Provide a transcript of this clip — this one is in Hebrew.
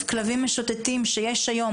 40,000 כלבים משוטטים שיש היום,